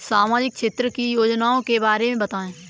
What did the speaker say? सामाजिक क्षेत्र की योजनाओं के बारे में बताएँ?